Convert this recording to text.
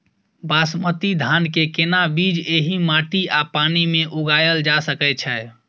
बासमती धान के केना बीज एहि माटी आ पानी मे उगायल जा सकै छै?